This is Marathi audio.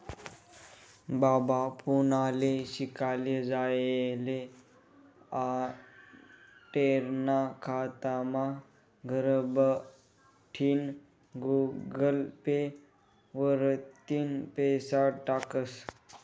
बाबा पुनाले शिकाले जायेल आंडेरना खातामा घरबठीन गुगल पे वरतीन पैसा टाकस